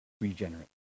regenerate